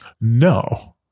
No